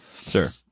sir